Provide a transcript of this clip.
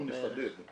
אנחנו נחדד.